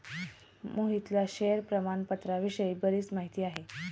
मोहितला शेअर प्रामाणपत्राविषयी बरीच माहिती आहे